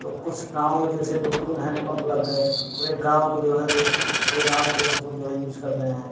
तो कुछ गाँव में जैसे दो तीन हैंडपंप लग गए पूरे गाँव को जो है लोग पूरे गाँव के लोग उसको जो है यूज कर रहे हैं